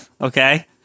Okay